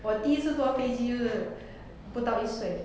我第一次坐飞机就是不到一岁